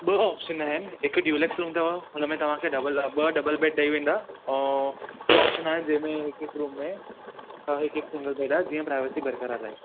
ॿ ऑप्शन आहिनि हिकु डियुलक्स रूम अथव हुन में तव्हां खे डबल ॿ डबल बेड ॾेई वेंदा ऐं ॿियो ऑप्शन आहे जंहिं में हिकु हिकु रूम में त हिकु हिकु सिंगल बेड आहे जीअं प्राइवेसी बरक़रारु रहे